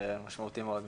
זה משמעותי מאוד מבחינתי.